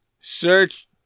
Search